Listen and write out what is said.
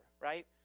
right